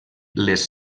les